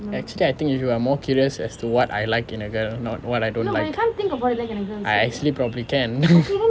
usually I think you are more curious as to what I like in a girl not what I don't know like I actually probably can